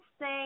say